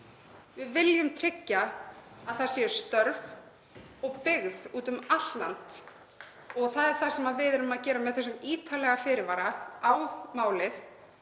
Við viljum tryggja að það séu störf og byggð úti um allt land og það erum við að gera með þessum ítarlega fyrirvara við málið.